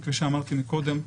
וכפי שאמרתי מקודם,